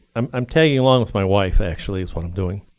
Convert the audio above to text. um i'm tagging along with my wife, actually, is what i'm doing.